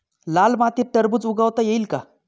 लाल मातीत टरबूज उगवता येईल का?